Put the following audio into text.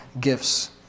gifts